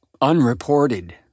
unreported